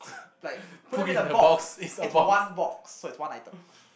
like put them in a box it's one box so it's one item